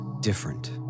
different